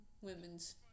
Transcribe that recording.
women's